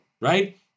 right